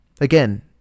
Again